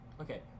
Okay